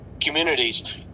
communities